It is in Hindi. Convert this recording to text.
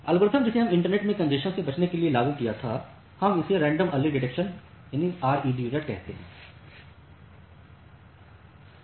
एल्गोरिथ्म जिसे हमने इंटरनेट में कॅन्जेशन से बचने के लिए लागू किया था हम इसे रैंडम अर्ली डिटेक्शनया रेड कहते हैं